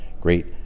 great